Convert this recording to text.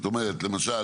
למשל,